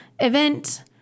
event